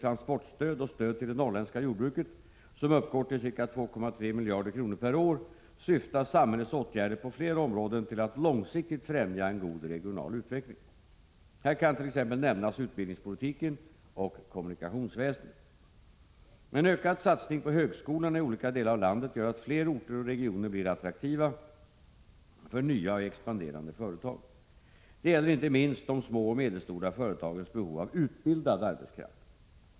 transportstöd och stöd till det norrländska jordbruket, som uppgår till ca 2,3 miljarder kronor per år, syftar samhällets åtgärder på flera områden till att långsiktigt främja en god regional utveckling. Här kan t.ex. nämnas utbildningspolitiken och kommunikationsväsendet. En ökad satsning på högskolorna i olika delar av landet gör att fler orter och regioner blir attraktiva för nya och expanderande företag. Det gäller inte minst de små och medelstora företagens behov av utbildad arbetskraft.